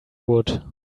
wood